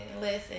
listen